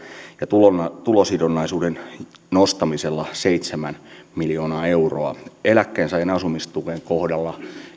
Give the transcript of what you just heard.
ja tulosidonnaisuuden nostamisella seitsemää miljoonaa euroa eläkkeensaajien asumistuen kohdalla